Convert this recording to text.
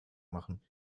machen